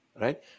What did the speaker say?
Right